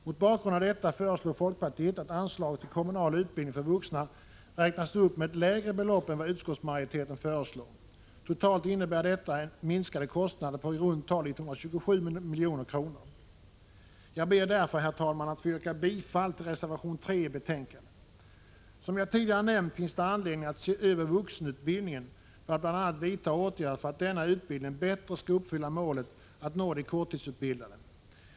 Mot bakgrund av detta föreslår folkpartiet att anslaget till kommunal utbildning för vuxna räknas upp med ett lägre belopp än vad utskottsmajoriteten föreslår. Totalt innebär detta minskade kostnader på i runt tal 127 milj.kr. Jag ber därför, herr talman, att få yrka bifall till reservation 3 i betänkandet. Som jag tidigare nämnt finns det anledning att se över vuxenutbildningen för att bl.a. vidta åtgärder för att denna utbildning bättre skall uppfylla målet att nå de korttidsutbildade.